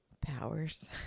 powers